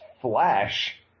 flash